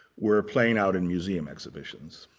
were playing out in museum exhibitions.